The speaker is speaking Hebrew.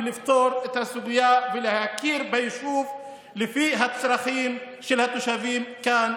לפתור את הסוגיה ולהכיר ביישוב לפי הצרכים של התושבים כאן.